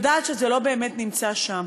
יודעת שזה לא באמת נמצא שם.